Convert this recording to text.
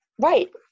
Right